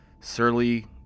surly